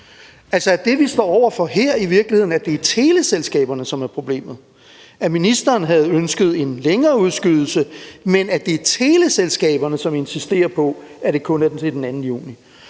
det, som vi står over for her, i virkeligheden, at det er teleselskaberne, som er problemet, altså at ministeren havde ønsket en længere udskydelse, men at det er teleselskaberne, som insisterer på, at det kun er til den 2. juni?